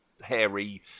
hairy